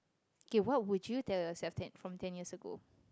okay what would you tell yourself ten~ from ten years ago